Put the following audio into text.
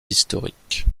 historiques